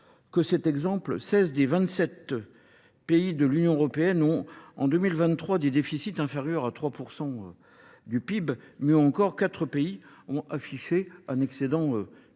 que cet exemple, 16 des 27 pays de l'Union européenne ont en 2023 des déficits inférieurs à 3% du PIB, mais encore 4 pays ont affiché un excédent